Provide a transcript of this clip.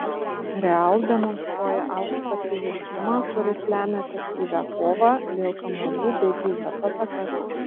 real demonstruoja aukštą fiziškumą kuris lemia efektyvią kovą dėl kamuolių bei greitas atakas